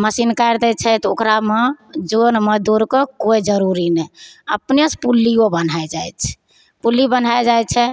machine काटि दै छै तऽ ओकरामे जन मजदूरके कोइ जरूरी नहि अपनेसँ पुल्लिओ बन्हाए जाइ छै पुल्ली बन्हाए जाइ छै